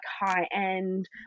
high-end